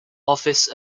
office